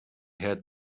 had